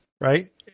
right